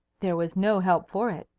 there was no help for it.